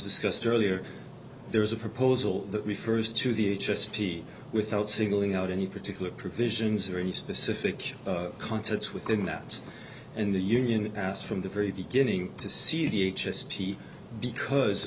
discussed earlier there was a proposal that we first to the h s t without singling out any particular provisions or any specific concepts within that in the union as from the very beginning to see the h s t because